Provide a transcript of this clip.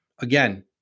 again